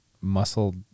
muscle